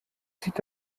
zieht